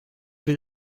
will